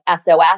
SOS